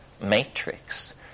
matrix